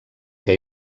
que